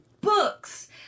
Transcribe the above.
books